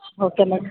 okay ma'am